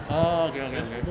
orh okay okay okay